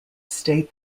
state